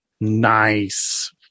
Nice